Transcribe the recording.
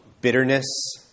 bitterness